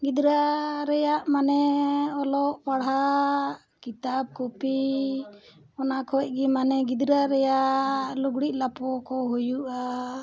ᱜᱤᱫᱽᱨᱟᱹ ᱨᱮᱱᱟᱜ ᱢᱟᱱᱮ ᱚᱞᱚᱜ ᱯᱟᱲᱦᱟᱜ ᱠᱤᱛᱟᱵᱽ ᱠᱚᱯᱤ ᱚᱱᱟ ᱠᱷᱚᱱ ᱜᱮ ᱢᱟᱱᱮ ᱜᱤᱫᱽᱨᱟᱹ ᱨᱮᱱᱟᱜ ᱞᱩᱜᱽᱲᱤᱡ ᱞᱟᱯᱚ ᱠᱚ ᱦᱩᱭᱩᱜᱼᱟ